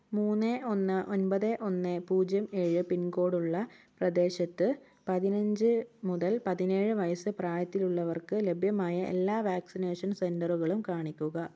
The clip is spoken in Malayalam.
മൂന്ന് ഒന്ന് ഒൻപത് ഒന്ന് പൂജ്യം ഏഴ് പിൻകോഡ് ഉള്ള പ്രദേശത്ത് പതിനഞ്ച് മുതൽ പതിനേഴ് വയസ്സ് പ്രായത്തിലുള്ളവർക്ക് ലഭ്യമായ എല്ലാ വാക്സിനേഷൻ സെന്ററുകളും കാണിക്കുക